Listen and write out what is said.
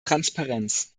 transparenz